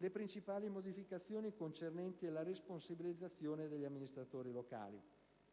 alle principali modificazioni concernenti la responsabilizzazione degli amministratori locali.